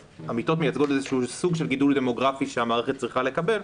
אז המיטות מייצגות איזשהו סוג של גידול דמוגרפי שהמערכת צריכה לקבל,